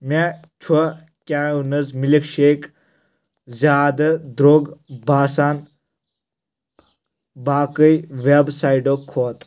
مےٚ چھ کیوِنز مِلک شیک زیادٕ درٛوگ باسان باقٕے ویب سایٹَو کھۄتہٕ